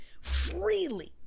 freely